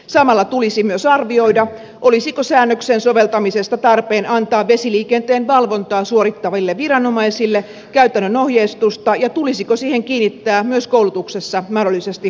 samalla tulisi myös arvioida olisiko säännöksen soveltamisesta tarpeen antaa vesiliikenteen valvontaa suorittaville viranomaisille käytännön ohjeistusta ja tulisiko siihen mahdollisesti kiinnittää myös koulutuksessa huomiota